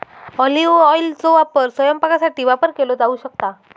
olive ऑइलचो वापर स्वयंपाकासाठी वापर केलो जाऊ शकता